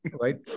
right